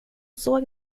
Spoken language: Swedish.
såg